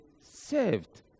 saved